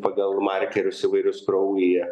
pagal markerius įvairius kraujyje